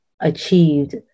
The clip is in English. achieved